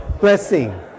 blessing